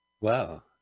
wow